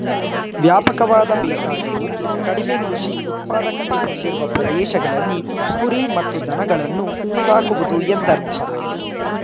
ವ್ಯಾಪಕವಾದ ಬೇಸಾಯವು ಕಡಿಮೆ ಕೃಷಿ ಉತ್ಪಾದಕತೆ ಹೊಂದಿರುವ ಪ್ರದೇಶಗಳಲ್ಲಿ ಕುರಿ ಮತ್ತು ದನಗಳನ್ನು ಸಾಕುವುದು ಎಂದರ್ಥ